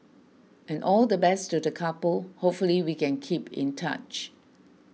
and all the best to the couple hopefully we can keep in touch